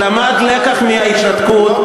למד לקח מההתנתקות,